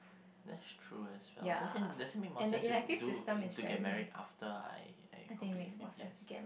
that's true as well does it does it make more sense to do uh to get married after I I complete M_B_B_S